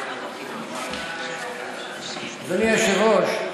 אדוני היושב-ראש,